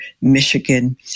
Michigan